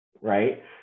right